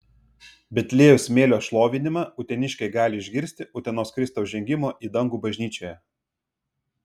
betliejaus smėlio šlovinimą uteniškiai gali išgirsti utenos kristaus žengimo į dangų bažnyčioje